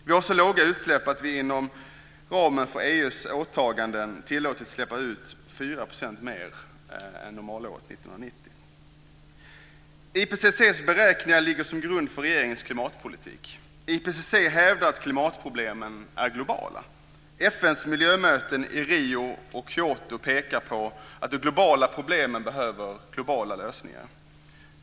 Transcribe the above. Vi har så låga utsläpp att vi inom ramen för EU:s åtaganden har tillåtits att släppa ut 4 % mer än vi gjorde normalåret 1990. IPCC:s beräkningar ligger till grund för regeringens politik. IPCC hävdar att klimatproblemen är globala. FN:s miljömöten i Rio de Janeiro och Kyoto pekade på att de globala problemen behöver globala lösningar.